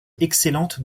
excellente